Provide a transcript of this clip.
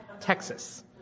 Texas